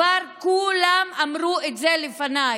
כולם כבר אמרו את זה לפניי,